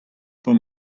for